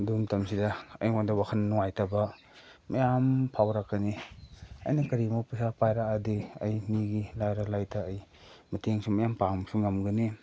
ꯑꯗꯨ ꯃꯇꯝꯁꯤꯗ ꯑꯩꯉꯣꯟꯗ ꯋꯥꯈꯟ ꯅꯨꯡꯉꯥꯏꯇꯕ ꯃꯌꯥꯝ ꯐꯥꯎꯔꯛꯀꯅꯤ ꯑꯩꯅ ꯀꯔꯤꯒꯨꯝꯕ ꯄꯩꯁꯥ ꯄꯥꯏꯔꯛꯑꯗꯤ ꯑꯩ ꯃꯤꯒꯤ ꯂꯥꯏꯔ ꯂꯩꯇ ꯑꯩ ꯃꯇꯦꯡꯁꯨ ꯃꯌꯥꯝ ꯄꯥꯡꯕꯁꯨ ꯉꯝꯒꯅꯤ